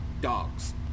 dogs